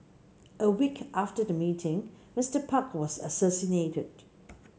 a week after the meeting Mister Park was assassinated